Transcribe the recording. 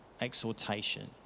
exhortation